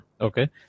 Okay